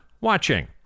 watching